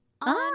on